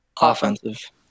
Offensive